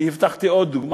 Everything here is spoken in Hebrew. הבטחתי עוד דוגמה,